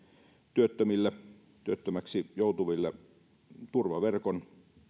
työttömille työttömäksi joutuville turvaverkon